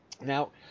Now